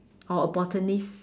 or a botanist